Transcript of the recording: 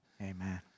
Amen